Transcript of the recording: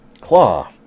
Claw